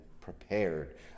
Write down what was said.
prepared